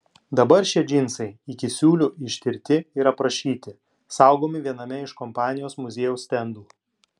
dabar šie džinsai iki siūlių ištirti ir aprašyti saugomi viename iš kompanijos muziejaus stendų